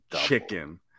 chicken